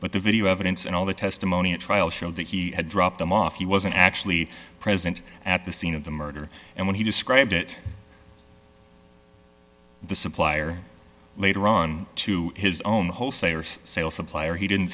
but the video evidence and all the testimony at trial showed that he had dropped him off he wasn't actually present at the scene of the murder and when he described it the supplier later on to his own wholesalers sale supplier he didn't